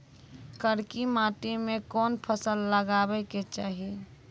करकी माटी मे कोन फ़सल लगाबै के चाही?